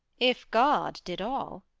if god did all.